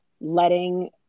letting